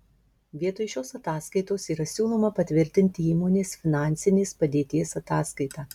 vietoj šios ataskaitos yra siūloma patvirtinti įmonės finansinės padėties ataskaitą